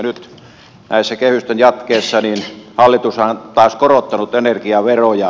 nyt näissä kehysten jatkeissa hallitushan on taas korottanut energiaveroja